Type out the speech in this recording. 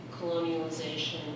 colonialization